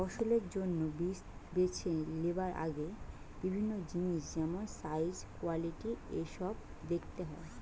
ফসলের জন্যে বীজ বেছে লিবার আগে বিভিন্ন জিনিস যেমন সাইজ, কোয়ালিটি এসোব দেখতে হয়